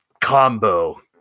combo